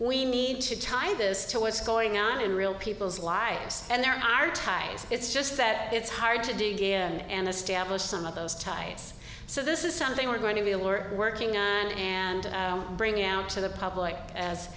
we need to tie this to what's going on in real people's lives and there are ties it's just that it's hard to do and establish some of those ties so this is something we're going to be alert working on and bringing out to the public as